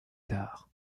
tard